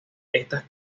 estas